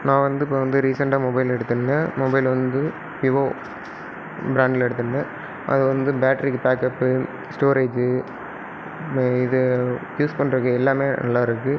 நான் வந்து இப்போ வந்து ரீசென்ட்டாக மொபைல் எடுத்துயிருந்தேன் மொபைல் வந்து விவோ ப்ராண்ட்டில் எடுத்துயிருந்தேன் அது வந்து பேட்டரிக்கு பேக்கப்பு ஸ்டோரேஜு இந்த இது யூஸ் பண்ணுறதுக்கு எல்லாமே நல்லா இருக்கு